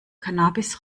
cannabis